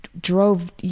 drove